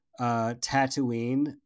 Tatooine